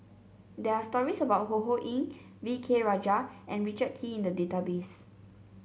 there are stories about Ho Ho Ying V K Rajah and Richard Kee in the database